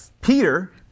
Peter